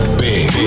big